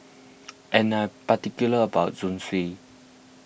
and I particular about Zosui